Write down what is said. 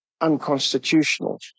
unconstitutional